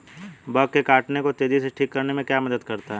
Bug के काटने को तेजी से ठीक करने में क्या मदद करता है?